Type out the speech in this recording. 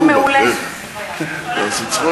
התקציב וחוק ההסדרים על-ידי יושב-ראש הכנסת בעיקר,